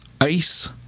ice